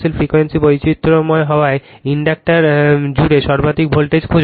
frequency বৈচিত্র্যময় হওয়ায় inductor জুড়ে সর্বাধিক ভোল্টেজ খুঁজুন